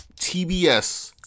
TBS